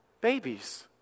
babies